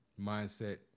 mindset